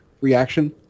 reaction